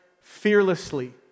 fearlessly